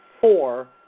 four